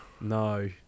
No